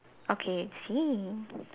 okay same